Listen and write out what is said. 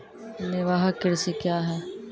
निवाहक कृषि क्या हैं?